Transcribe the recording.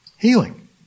Healing